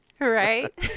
Right